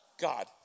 God